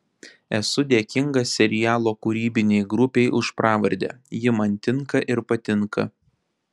esu dėkingas serialo kūrybinei grupei už pravardę ji man tinka ir patinka